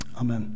Amen